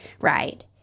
Right